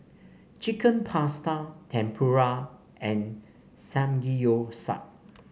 Chicken Pasta Tempura and Samgeyopsal